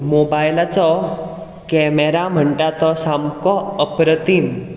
मोबायलाचो कॅमॅरा म्हणटा तो सामको अप्रतीम